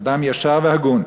אדם ישר והגון,